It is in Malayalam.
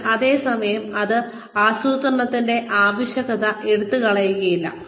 എന്നാൽ അതേ സമയം അത് ആസൂത്രണത്തിന്റെ ആവശ്യകത എടുത്തുകളയുന്നില്ല